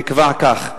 נקבע כך: